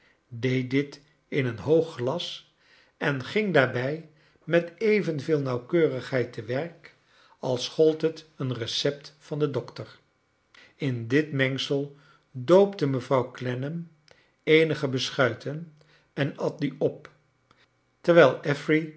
dit in een hoog glas en ging daarbij met evenveei nauwkeurigheid te werk als gold het een recept van den dokter in dit mengsel doopte mevrouw clennam eenige beschuiten en at die op terwijl